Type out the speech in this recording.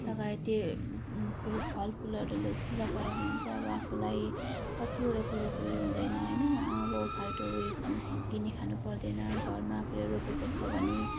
लगाएँ त्यो फुल फलफुलहरूले लगायो भने चाहिँ अब आफूलाई कतिवटा कुरोको उयो हुँदैन होइन अब फाल्तु उयो किनी खानु पर्दैन घरमा आफूले रोपेको छ भने